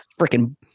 Freaking